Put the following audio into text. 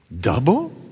Double